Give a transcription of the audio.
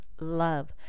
love